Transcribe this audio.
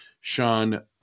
Sean